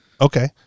Okay